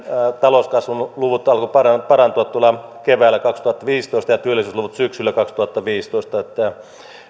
talouskasvun luvut alkoivat parantua tuolla keväällä kaksituhattaviisitoista ja työllisyysluvut syksyllä kaksituhattaviisitoista